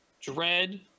Dread